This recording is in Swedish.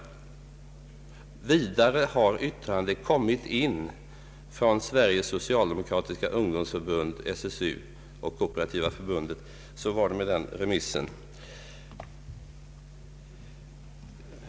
Vidare har yttrande kommit in från Sveriges socialdemokratiska ungdomsförbund och Kooperativa förbundet .” Så var det med den remissen.